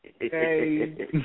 Hey